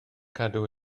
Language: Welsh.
cadw